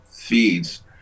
feeds